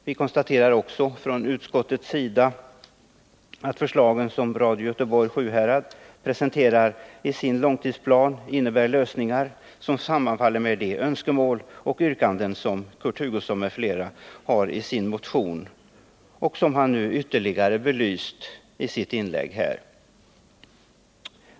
Vi konstaterar också från utskottets sida att förslagen som Radio Göteborg/Sjuhärad presenterar i sin långtidsplan innebär lösningar som sammanfaller med de önskemål och yrkanden som Kurt Hugosson m.fl. har i sin motion och som han nu ytterligare belyst i sitt inlägg här.